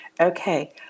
Okay